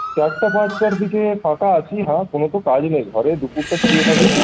চারটে পাঁচটার দিকে ফাঁকা আছি হ্যাঁ কোনো তো কাজ নেই ঘরে দুপুরটা শুয়ে থাকি